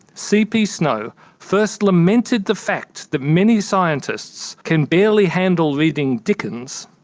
cp snow first lamented the fact that many scientists can barely handle reading dickens,